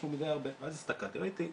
והסתכלתי וראיתי,